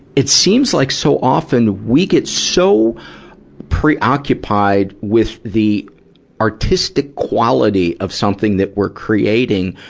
it seems like so often, we get so preoccupied with the artistic quality of something that we're creating,